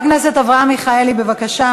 חבר הכנסת אברהם מיכאלי, בבקשה.